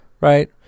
right